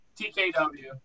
TKW